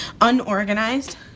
unorganized